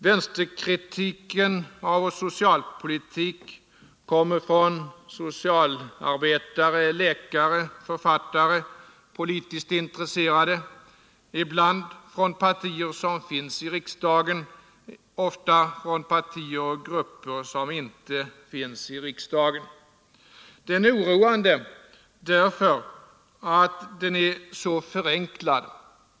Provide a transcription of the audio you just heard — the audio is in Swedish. Vänsterkritiken av vår socialpolitik kommer från socialarbetare, läkare, författare, politiskt intresserade, ibland från partier som finns i riksdagen, ofta från partier och grupper som inte finns i riksdagen. Den är oroande därför att den är så förenklad.